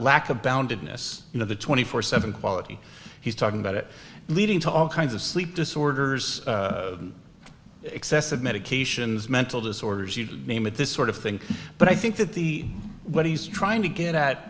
lack of boundedness you know the two hundred and forty seven quality he's talking about it leading to all kinds of sleep disorders excessive medications mental disorders you name it this sort of thing but i think that the what he's trying to get at